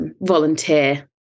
Volunteer